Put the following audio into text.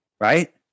Right